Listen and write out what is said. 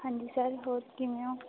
ਹਾਂਜੀ ਸਰ ਹੋਰ ਕਿਵੇਂ ਹੋ